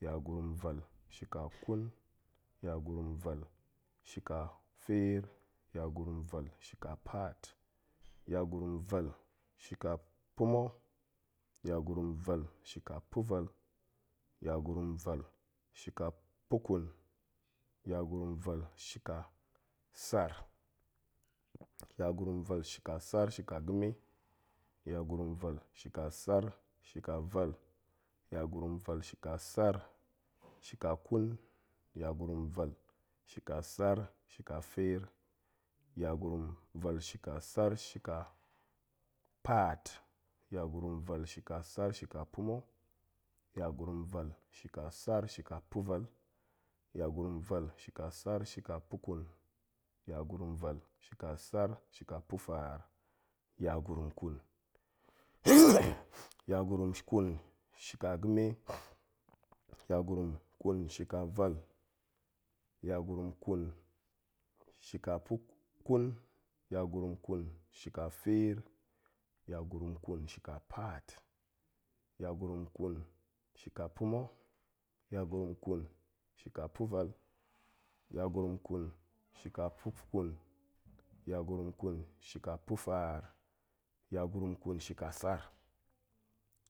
Yagurum vel shika ƙun, yagurum vel shika feer, yagurum vel shika paat, yagurum vel shika pa̱ma̱, yagurum vel shika pa̱vel, yagurum vel shika pa̱ƙun, yagurum vel shika sar, yagurum vel shika sar shika ga̱me, yagurum vel shika sar shika vel, yagurum vel shika sar shika ƙun, yagurum vel shika sar shika feer, yagurum vel shika sar shika paat, yagurum vel shika sar shika pa̱ma̱, yagurum vel shika sar shika pa̱vel, yagurum vel shika sar shika pa̱ƙun, yagurum vel shika sar shika pa̱faar, yagurum ƙun yagurum ƙun shika ga̱me, yagurum ƙun shika vel, yagurum ƙun shika ƙun, yagurum ƙun shika feer, yagurum ƙun shika paat, yagurum ƙun shika pa̱ma̱, yagurum ƙun shika pa̱vel, yagurun ƙun shika pa̱kun, yagurum vel shika pa̱faar, yagurum ƙun shika sar,